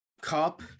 Cup